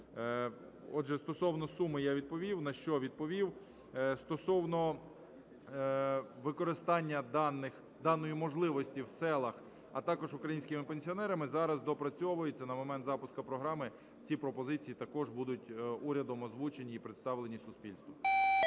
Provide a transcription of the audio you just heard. Отже, стосовно суми я відповів, на що – відповів. Стосовно використання даної можливості в селах, а також українськими пенсіонерами зараз доопрацьовується. На момент запуску програми ці пропозиції також будуть урядом озвучені і представлені суспільству.